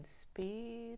speed